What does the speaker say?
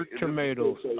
tomatoes